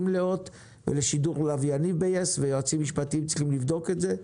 להוט ולשידור לווייני ביס והיועצים המשפטיים צריכים לבדוק את זה.